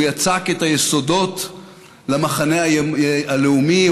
הוא יצק את היסודות למחנה הלאומי,